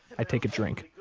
i take a drink.